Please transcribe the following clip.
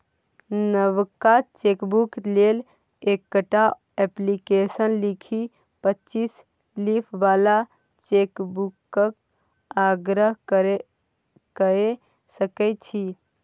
नबका चेकबुक लेल एकटा अप्लीकेशन लिखि पच्चीस लीफ बला चेकबुकक आग्रह कए सकै छी